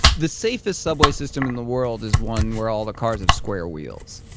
the safest subway system in the world is one where all the cars have square wheels.